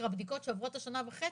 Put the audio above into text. השנה וחצי,